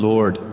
Lord